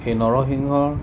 সেই নৰসিংহ